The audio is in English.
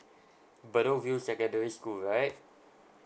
bedok view secondary school right